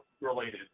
related